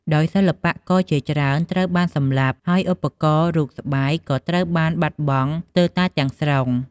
ដោយសិល្បករជាច្រើនត្រូវបានសម្លាប់ ហើយឧបករណ៍ រូបស្បែក ក៏ត្រូវបានបាត់បង់ស្ទើរតែទាំងស្រុង។